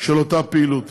של אותה פעילות.